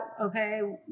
okay